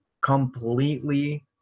completely